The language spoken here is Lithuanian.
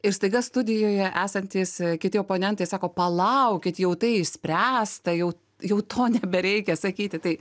ir staiga studijoje esantys kiti oponentai sako palaukit jau tai išspręsta jau jau to nebereikia sakyti tai